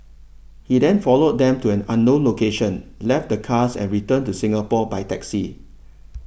he then followed them to an unknown location left the cars and returned to Singapore by taxi